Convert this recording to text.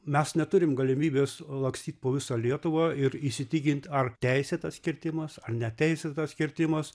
mes neturim galimybės lakstyt po visą lietuvą ir įsitikint ar teisėtas kirtimas ar neteisėtas kirtimas